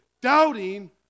doubting